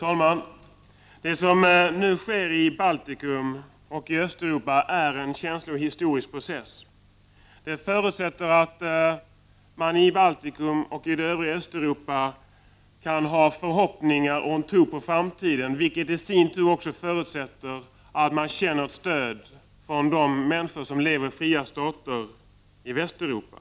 Herr talman! Det som nu sker i Baltikum och i Östeuropa utgör en känslig historisk process. Det förutsätter att man i Baltikum och i övriga Östeuropa kan ha förhoppningar och en tro på framtiden, vilket i sin tur förutsätter att man känner ett stöd från de människor som lever i fria stater i Västeuropa.